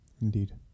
indeed